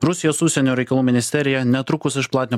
rusijos užsienio reikalų ministerija netrukus išplatino